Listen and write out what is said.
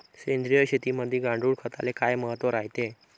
सेंद्रिय शेतीमंदी गांडूळखताले काय महत्त्व रायते?